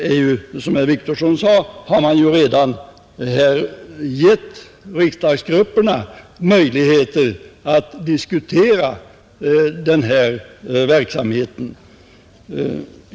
Som herr Wictorsson sade har man också redan gett riksdagsgrupperna möjligheter att diskutera den statliga företagsverksamheten.